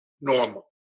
normal